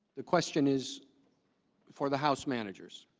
the question is for the house managers